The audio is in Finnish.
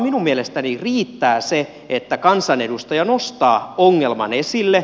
minun mielestäni riittää se että kansanedustaja nostaa ongelman esille